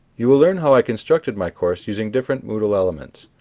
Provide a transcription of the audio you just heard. you will learn how i constructed my course using different moodle elements.